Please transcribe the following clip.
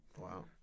Wow